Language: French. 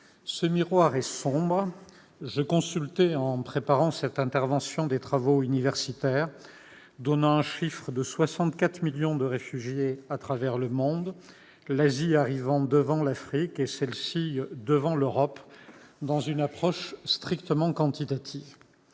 de réfugiés. J'ai consulté, en préparant cette intervention, des travaux universitaires avançant le chiffre de 64 millions de réfugiés à travers le monde, l'Asie arrivant devant l'Afrique et celle-ci devant l'Europe, dans une approche strictement quantitative.